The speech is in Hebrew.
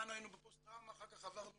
כולנו היינו בפוסט טראומה, אחר כך עברנו